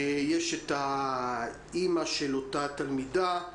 האימא של אותה תלמידה,